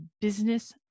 business